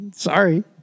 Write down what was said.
Sorry